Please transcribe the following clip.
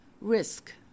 Risk